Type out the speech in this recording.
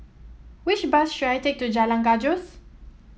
which bus should I take to Jalan Gajus